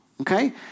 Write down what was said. okay